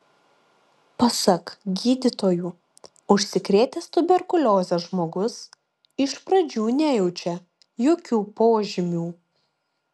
pasak gydytojų užsikrėtęs tuberkulioze žmogus iš pradžių nejaučia jokių požymių